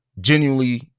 genuinely